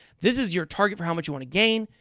this is your target for how much you want to gain.